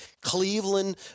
Cleveland